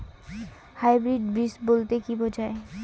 Hybrid বীজ বলতে কী বোঝায়?